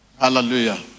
Hallelujah